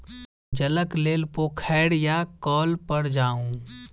जलक लेल पोखैर या कौल पर जाऊ